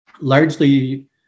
Largely